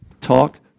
talk